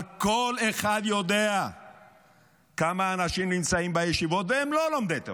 אבל כל אחד יודע כמה אנשים נמצאים בישיבות והם לא לומדי תורה,